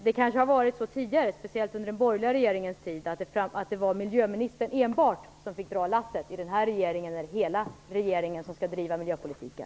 Det kanske har varit så tidigare, speciellt under den borgerliga regeringens tid, att det var enbart miljöministern som fick dra lasset. I den här regeringen är det hela regeringen som skall driva miljöpolitiken.